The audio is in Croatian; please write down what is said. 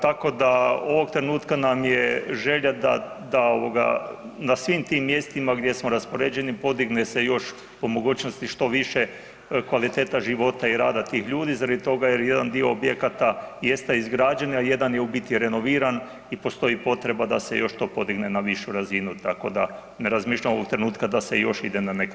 Tako da ovoga trenutka nam je žela da na svim tim mjestima gdje smo raspoređeni podigne se još po mogućnosti što više kvaliteta života i rada tih ljudi zbog toga jer je jedan dio objekata jeste izgrađen, a jedan je u biti renoviran i postoji potreba da se još to podigne na višu radinu tako da ne razmišljamo u ovom trenutku da se još ide na neka